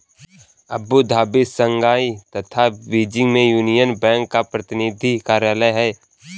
Abu Dhabi, Shanghai तथा Beijing में Union Bank का प्रतिनिधि कार्यालय है?